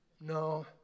No